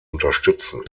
unterstützten